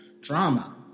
drama